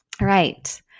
right